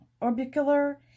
Orbicular